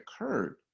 occurred